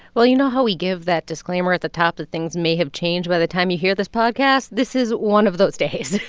well, you know how we give that disclaimer at the top that things may have changed by the time you hear this podcast? this is one of those days.